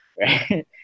right